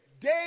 day